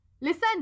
listen